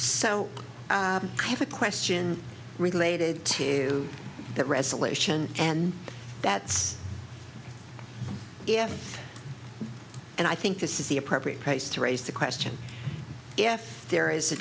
so i have a question related to that resolution and that's if and i think this is the appropriate place to raise the question if there is a